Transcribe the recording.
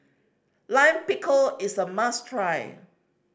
Lime Pickle is a must try